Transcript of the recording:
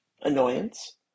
annoyance